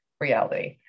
reality